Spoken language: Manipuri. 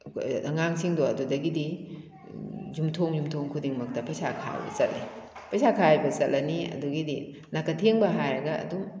ꯑꯉꯥꯡꯁꯤꯡꯗꯣ ꯑꯗꯨꯗꯒꯤꯗꯤ ꯌꯨꯝꯊꯣꯡ ꯌꯨꯝꯊꯣꯡ ꯈꯨꯗꯤꯡꯃꯛꯇ ꯄꯩꯁꯥ ꯈꯥꯏꯕ ꯆꯠꯂꯤ ꯄꯩꯁꯥ ꯈꯥꯏꯕ ꯆꯠꯂꯅꯤ ꯑꯗꯨꯒꯤꯗꯤ ꯅꯥꯀꯊꯦꯡꯕ ꯍꯥꯏꯔꯒ ꯑꯗꯨꯝ